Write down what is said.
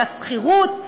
של השכירות,